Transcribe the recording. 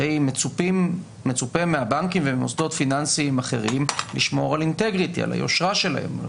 הרי מצופה מהבנקים וממוסדות פיננסיים אחרים לשמור על היושרה שלהם,